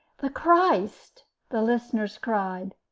the christ! the listeners cried.